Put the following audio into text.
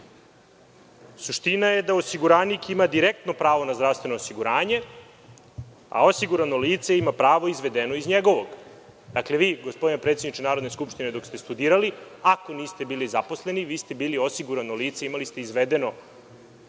Suština je da osiguranik ima direktno pravo na zdravstveno osiguranje, a osigurano lice ima pravo izvedeno iz njegovog. Dakle, vi gospodine predsedniče Narodne skupštine dok ste studirali, ako niste bili zaposleni, bili ste osigurano lice imali ste izvedeno